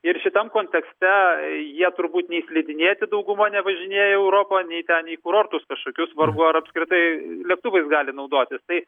ir šitam kontekste jie turbūt nei slidinėti dauguma nevažinėja į europą nei ten į kurortus kažkokius vargu ar apskritai lėktuvais gali naudotis tai